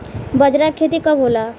बजरा के खेती कब होला?